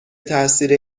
تاثیر